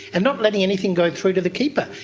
and not letting anything go through to the keeper.